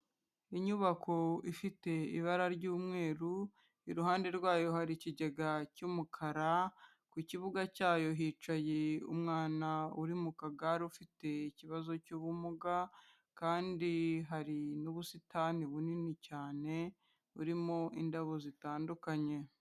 Inyubako ifite ibara ry'umweru, iruhande rwayo hari ikigega cy'umukara, ku kibuga cyayo hicaye umwana uri mu kagare ufite ikibazo cy'ubumuga, kandi hari n'ubusitani bunini cyane burimo indabo zitandukanye.